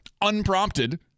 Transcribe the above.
unprompted